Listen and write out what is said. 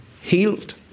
healed